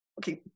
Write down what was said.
Okay